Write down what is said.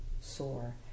sore